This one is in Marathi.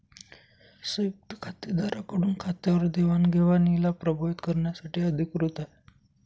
संयुक्त खातेदारा कडून खात्यावर देवाणघेवणीला प्रभावीत करण्यासाठी अधिकृत आहे